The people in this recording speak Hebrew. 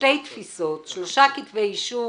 שתי תפיסות שלושה כתבי אישום,